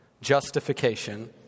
Justification